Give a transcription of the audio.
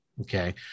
Okay